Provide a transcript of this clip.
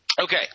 Okay